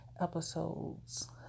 episodes